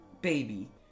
baby